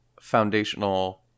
foundational